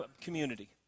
community